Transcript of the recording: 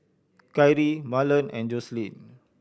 Kyrie Marlon and Jocelyn